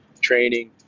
training